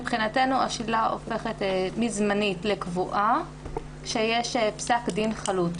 מבחינתנו השלילה הופכת מזמנית לקבועה כשיש פסק דין חלוט.